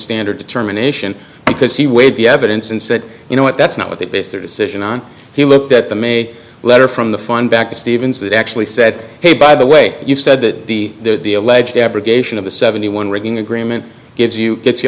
standard determination because he weighed the evidence and said you know what that's not what they base their decision on he looked at them a letter from the fine back to stevens actually said hey by the way you said that the the alleged abrogation of the seventy one rigging agreement gives you gets you